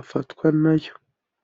afatwa na yo.